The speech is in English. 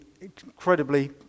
incredibly